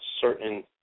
certain